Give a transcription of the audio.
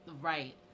Right